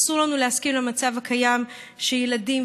אסור לנו להסכים למצב הקיים שילדים,